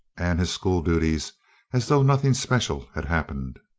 and his school duties as though nothing special had happened.